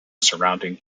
surrounding